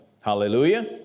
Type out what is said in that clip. Hallelujah